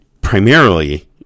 primarily